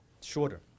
Shorter